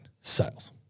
sales